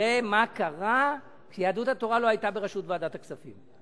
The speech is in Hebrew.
מה קרה כשיהדות התורה לא היתה בראשות ועדת הכספים.